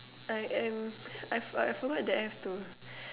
I am I I forgot that I have to